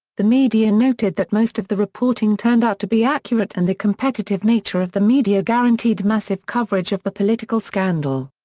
the media noted that most of the reporting turned out to be accurate and the competitive nature of the media guaranteed massive coverage of the political scandal.